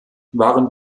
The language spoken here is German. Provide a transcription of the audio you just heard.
waren